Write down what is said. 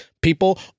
People